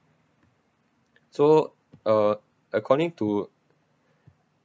so uh according to